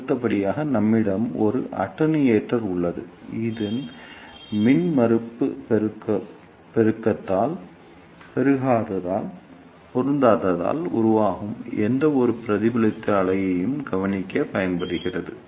அடுத்ததாக நம்மிடம் ஒரு அட்டென்யூட்டர் உள்ளது இது மின்மறுப்பு பொருந்தாததால் உருவாகும் எந்தவொரு பிரதிபலித்த அலையையும் கவனிக்கப் பயன்படுகிறது